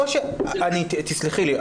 תסלחי לי,